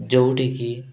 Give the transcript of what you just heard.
ଯେଉଁଠିକି